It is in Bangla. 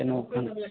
কেন আপনি